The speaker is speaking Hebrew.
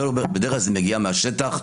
בדרך כלל זה מגיע מהשטח,